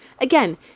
Again